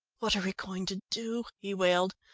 what are we going to do? he wailed.